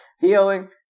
healing